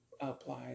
apply